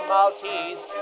Maltese